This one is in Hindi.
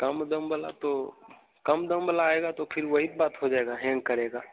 कम दाम वाला तो कम दाम वाला आएगा तो फिर वही बात हो जाएगा हैंग करेगा